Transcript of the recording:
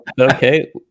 okay